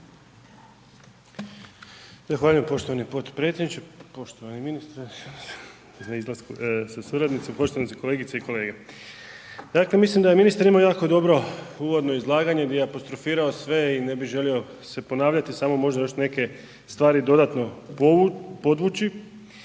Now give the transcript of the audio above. poštovani potpredsjedniče, poštovani ministre sa suradnicom, poštovane kolegice i kolege. Dakle, mislim da je ministar imao jako dobro uvodno izlaganje di je apostrofirao sve i ne bih želio se ponavljati, samo možda još neke stvari dodatno podvući.